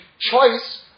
choice